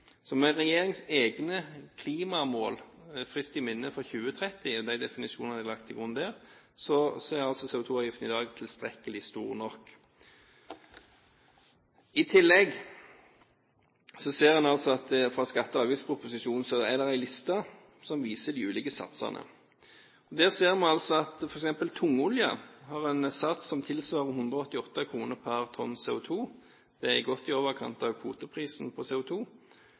egne klimamål for 2030 friskt i minne og de definisjonene som er lagt til grunn der, er CO2-avgiften i dag tilstrekkelig stor nok. I tillegg ser en i skatte- og avgiftsproposisjonen at det er en liste som viser de ulike satsene. Der ser man at tungolje har en sats som tilsvarer 188 kr per tonn CO2. Det er godt i overkant av kvoteprisen på